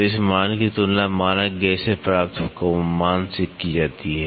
तो इस मान की तुलना मानक गेज से प्राप्त मान से की जाती है